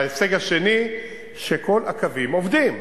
ההישג השני הוא שכל הקווים עובדים.